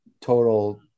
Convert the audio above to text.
total